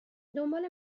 دنبال